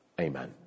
Amen